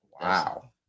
Wow